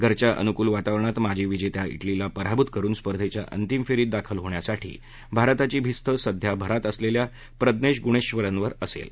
घरच्या अनुकूल वातावरणात माजी विजेत्या इटलीला पराभूत करून स्पर्धेच्या अंतिम फेरीत दाखल होण्यासाठी भारताची भिस्त सध्या भरात असलेल्या प्रज्ञेश गुणेश्वरनवर असेल